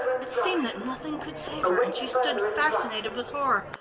it seemed that nothing could save her, and she stood fascinated with horror,